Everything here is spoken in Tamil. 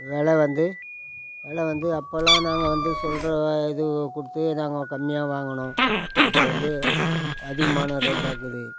விலை வந்து விலைவந்து அப்போல்லாம் நாங்கள் வந்து சொல்கிற இது கொடுத்து நாங்கள் கம்மியாக வாங்கினோம் இப்போ வந்து அதிகமான ரேட்டாக இருக்குது